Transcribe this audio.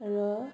र